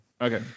Okay